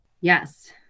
Yes